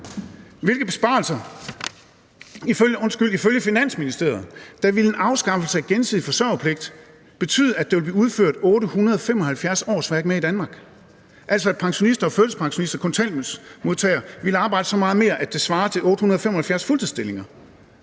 Finansministeriet ville afskaffelse af gensidig forsørgerpligt betyde, at der ville blive udført 875 årsværk mere i Danmark – altså at pensionister og førtidspensionister og kontanthjælpsmodtagere ville arbejde så meget mere, at det svarer til 875 fuldtidsstillinger.